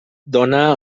donar